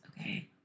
okay